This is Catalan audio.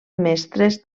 mestres